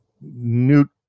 Newt